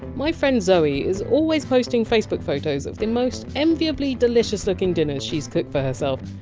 my friend zoe is always posting facebook photos of the most enviably delicious-looking dinners she! s cooked for herself,